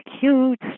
huge